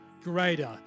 greater